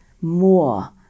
more